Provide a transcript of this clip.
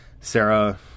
Sarah